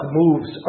moves